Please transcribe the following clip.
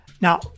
Now